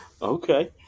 Okay